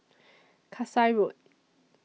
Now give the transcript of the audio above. Kasai Road